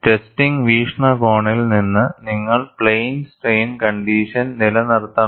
testing വീക്ഷണകോണിൽ നിന്ന് നിങ്ങൾ പ്ലെയിൻ സ്ട്രെയിൻ കണ്ടീഷൻ നിലനിർത്തണം